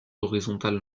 horizontale